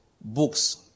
books